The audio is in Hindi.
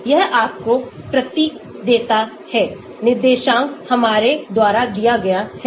यह आपको प्रतीक देता है निर्देशांक हमारे द्वारा दिया गया है